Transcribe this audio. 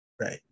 Right